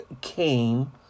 came